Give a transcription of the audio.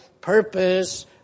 purpose